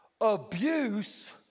Abuse